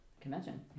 Convention